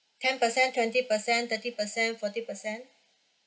ten percent twenty percent thirty percent forty percent